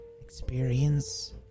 experience